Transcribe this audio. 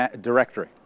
directory